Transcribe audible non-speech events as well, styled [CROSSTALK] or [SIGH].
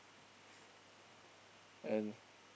[NOISE] and